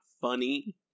funny